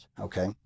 okay